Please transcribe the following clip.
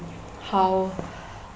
how